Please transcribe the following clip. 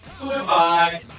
Goodbye